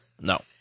No